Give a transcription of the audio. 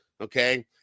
okay